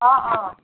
অ অ